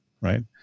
right